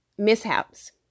mishaps